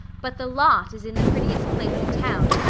but the lot is in the prettiest place in town.